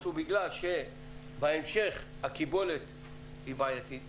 הוא בגלל שבהמשך הקיבולת היא בעייתית,